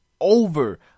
over